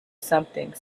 something